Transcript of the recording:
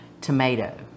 tomato